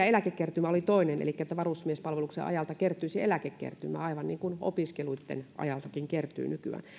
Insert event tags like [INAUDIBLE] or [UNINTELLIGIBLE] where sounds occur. [UNINTELLIGIBLE] eläkekertymä olisi toinen eli että varusmiespalveluksen ajalta kertyisi eläkekertymää aivan niin kuin opiskeluitten ajaltakin kertyy nykyään